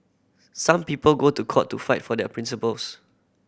some people go to court to fight for their principles